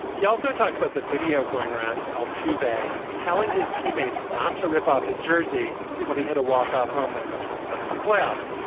he also talked about the video going around of al to a telling his teammates not to rip off his jersey when he had a walk off homer in the twenty seventeen playoffs.